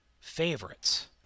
favorites